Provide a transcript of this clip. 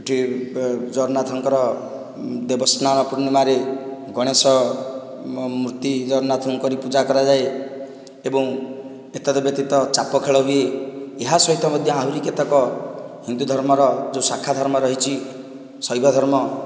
ଏଠି ଜଗନ୍ନାଥଙ୍କର ଦେବସ୍ନାନ ପୂର୍ଣ୍ଣିମାରେ ଗଣେଶ ମୂର୍ତ୍ତି ଜଗନ୍ନାଥଙ୍କୁ କରି ପୂଜା କରାଯାଏ ଏବଂ ଏତଦ୍ବ୍ୟତୀତ ଚାପ ଖେଳ ହୁଏ ଏହା ସହିତ ମଧ୍ୟ ଆହୁରି କେତେକ ହିନ୍ଦୁ ଧର୍ମର ଯେଉଁ ଶାଖା ଧର୍ମ ରହିଛି ଶୈବ ଧର୍ମ